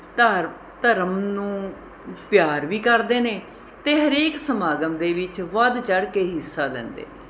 ਧਾਰ ਧਰਮ ਨੂੰ ਪਿਆਰ ਵੀ ਕਰਦੇ ਨੇ ਅਤੇ ਹਰੇਕ ਸਮਾਗਮ ਦੇ ਵਿੱਚ ਵੱਧ ਚੜ੍ਹ ਕੇ ਹਿੱਸਾ ਲੈਂਦੇ ਨੇ